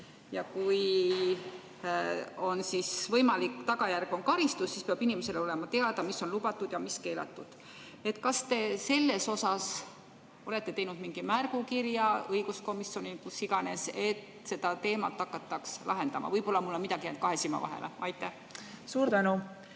Kui aga võimalik tagajärg on karistus, siis peab inimesele olema teada, mis on lubatud ja mis on keelatud."Kas te selles osas olete teinud mingi märgukirja õiguskomisjonile või kuhu iganes, et seda teemat hakataks lahendama? Võib-olla mul on midagi jäänud kahe silma vahele. Suur tänu!